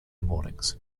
mornings